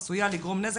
עשויה לגרום נזק,